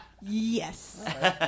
yes